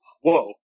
Whoa